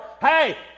hey